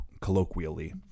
colloquially